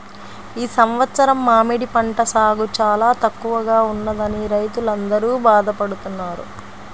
ఈ సంవత్సరం మామిడి పంట సాగు చాలా తక్కువగా ఉన్నదని రైతులందరూ బాధ పడుతున్నారు